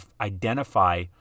identify